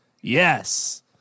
Yes